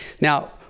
Now